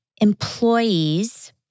employees